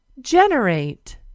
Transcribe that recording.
generate